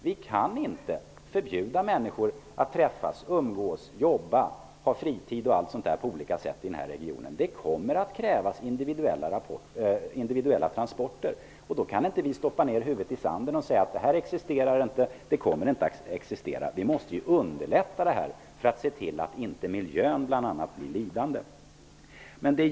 Vi kan inte förbjuda människor att träffas, umgås, jobba och ha fritid på olika sätt i regionen. Det kommer att krävas individuella transporter. Vi kan inte stoppa huvudet i sanden och säga att de inte existerar eller inte kommer att existera. Vi måste ju underlätta transporterna, för att se till att miljön inte blir lidande.